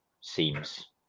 seems